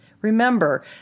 Remember